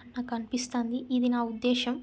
అని నాకు అనిపిస్తుంది ఇది నా ఉద్దేశం